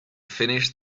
finished